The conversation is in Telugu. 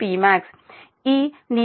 7Pmax ఈ నీలం మరియు నలుపు 0